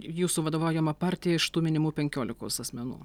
jūsų vadovaujamą partiją iš tų minimų penkiolikos asmenų